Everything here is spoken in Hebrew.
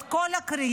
את כל הקריאות,